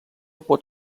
pot